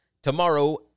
Tomorrow